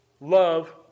love